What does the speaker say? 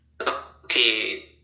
Okay